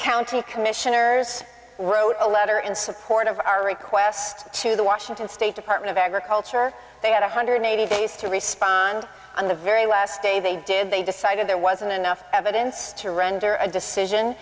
county commissioners wrote a letter in support of our request to the washington state department of agriculture they had one hundred eighty days to race on the very last day they did they decided there wasn't enough evidence to render a decision